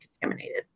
contaminated